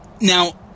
Now